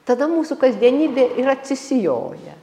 tada mūsų kasdienybė ir atsisijoja